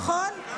נכון?